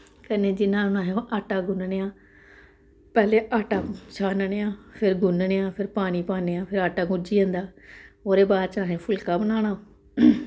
कन्नै जि'यां अस आटा गुनन्ने आं पैह्लैं आटै छानन्ने आं फिर गुनन्ने आं फिर पानी पान्ने आं फिर आटा गुज्जी जंदा ओह्दे बाद असें फुल्का बनाना